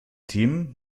team